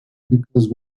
because